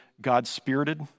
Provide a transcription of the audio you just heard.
God-spirited